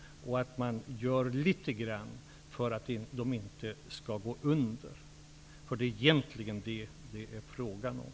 Man måste göra litet grand för att de inte skall gå under. Det är egentligen vad det är fråga om.